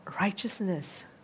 righteousness